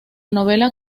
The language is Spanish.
novela